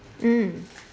mm